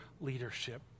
leadership